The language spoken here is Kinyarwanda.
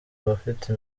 abafite